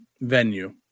venue